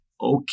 okay